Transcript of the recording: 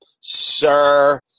sir